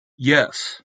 yes